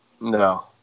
No